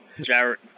Jared